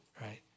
right